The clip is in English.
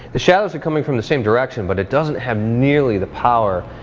the shadows are coming from the same direction, but it doesn't have nearly the power.